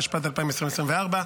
התשפ"ד 2024,